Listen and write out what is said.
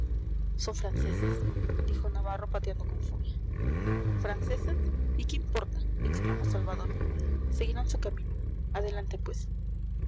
son franceses dijo navarro pateando con furia franceses y qué importa exclamó salvador seguirán su camino adelante pues